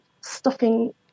stuffing